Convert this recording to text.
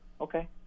okay